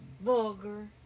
vulgar